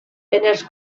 els